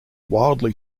wildly